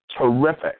terrific